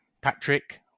Patrick